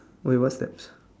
wait what's that